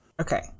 Okay